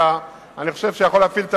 שאני חושב שהוא יכול להפעיל את